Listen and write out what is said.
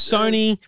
Sony